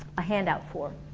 a handout for